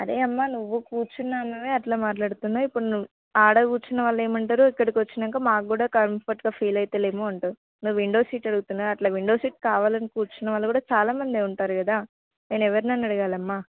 అదే అమ్మ నువ్వు కూర్చున్నామే అట్లా మాట్లాడుతున్నావు ఇప్పుడు నువ్వు ఆడ కూర్చున్న వాళ్ళు ఏమంటారు ఇక్కడికి వచ్చాక మాకూ కూడా కంఫర్టుగా ఫీల్ అవటల్లేదు ఉంటారు నువ్వు విండో సీట్ అడుగుతున్నావ్ అట్లా విండో సీట్ కావాలని కూర్చున్న వాళ్ళు కూడా చాలామంది ఉంటారు కదా నేను ఎవరినని అడగాలమ్మా